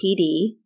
PD